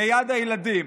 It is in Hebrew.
ליד הילדים.